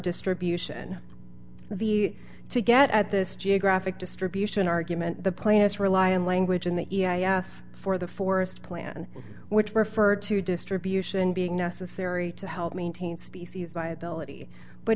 distribution the to get at this geographic distribution argument the plants rely on language in the us for the forest plan which refer to distribution being necessary to help maintain species viability but